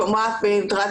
שומעת בעזרת